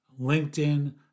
LinkedIn